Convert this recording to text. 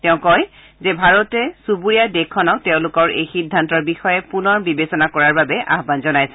তেওঁ কয় যে ভাৰতে চুবুৰীয়া দেশখনক তেওঁলোকৰ এই সিদ্ধান্তৰ বিষয়ে পুনৰ বিবেচনা কৰাৰ বাবে আহান জনাইছে